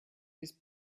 his